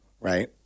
Right